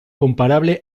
comparable